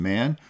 Man